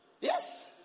Yes